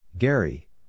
Gary